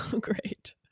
great